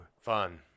Fun